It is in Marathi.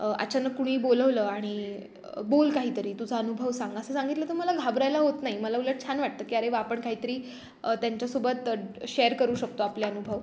अचानक कुणी बोलवलं आणि बोल काहीतरी तुझा अनुभव सांगा असं सांगितलं तर मला घाबरायला होत नाही मला उलट छान वाटतं की अरे वा आपण काहीतरी त्यांच्यासोबत शेअर करू शकतो आपले अनुभव